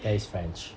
that is french